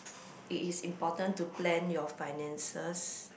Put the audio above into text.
it is important to plan your finances